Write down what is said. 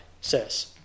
says